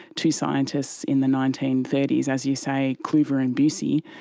two scientists in the nineteen thirty s, as you say, kluver and bucy,